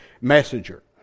messenger